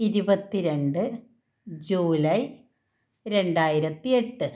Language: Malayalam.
ഇരുപത്തി രണ്ട് ജൂലൈ രണ്ടായിരത്തി ഏട്ട്